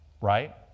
right